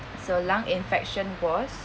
so lung infection was